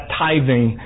tithing